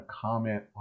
comment